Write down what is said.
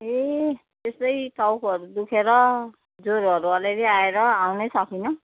ए त्यस्तै टाउकोहरू दुखेर ज्वरोहरू अलिअलि आएर आउनै सकिनँ